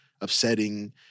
upsetting